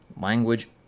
Language